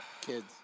Kids